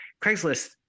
craigslist